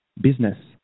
business